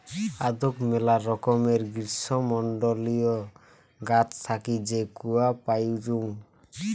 আদৌক মেলা রকমের গ্রীষ্মমন্ডলীয় গাছ থাকি যে কূয়া পাইচুঙ